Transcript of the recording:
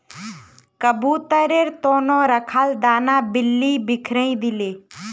कबूतरेर त न रखाल दाना बिल्ली बिखरइ दिले